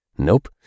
Nope